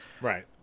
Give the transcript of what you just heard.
right